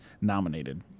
nominated